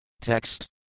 Text